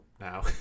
now